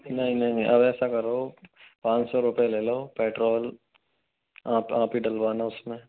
नहीं नहीं अब ऐसा करो पाँच सौ रुपए ले लो पेट्रोल आप आप ही डलवाना उसमें